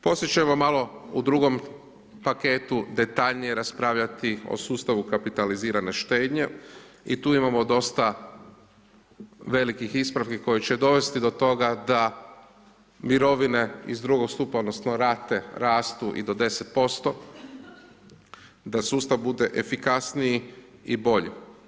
Poslije ćemo malo u drugom paketu detaljnije raspravljati o sustavu kapitalizirane štednje i tu imamo dosta velikih ispravki koji će dovesti do toga, da mirovine iz drugog stupa, odnosno, rate rastu i do 10%, da sustav bude efikasniji i bolji.